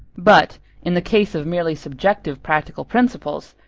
but in the case of merely subjective practical principles,